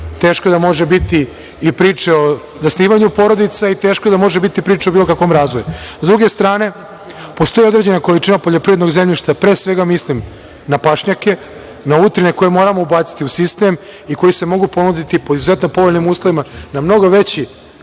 teško da može biti i priče o zasnivanju porodice i teško da može biti priče o bilo kakvom razvoju.S druge strane, postoji određena količina poljoprivrednog zemljišta, pre svega mislim na pašnjake, na utrine koje moramo u baciti u sistem i koji se mogu ponuditi po izuzetno povoljnim uslovima na mnogo veći